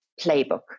playbook